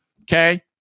okay